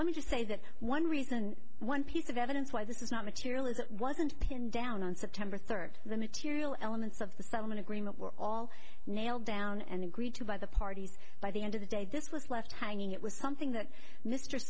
let me just say that one reason one piece of evidence why this is not material is it wasn't pinned down on september third the material elements of the settlement agreement were all nailed down and agreed to by the parties by the end of the day this was left hanging it was something that mr